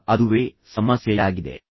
ಈಗ ಅದುವೇ ಸಮಸ್ಯೆಯಾಗಿದೆ